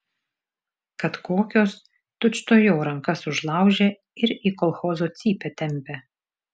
kad kokios tučtuojau rankas užlaužia ir į kolchozo cypę tempia